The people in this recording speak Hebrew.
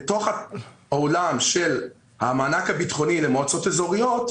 בתוך העולם של המענק הביטחוני למועצות אזוריות,